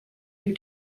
you